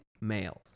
males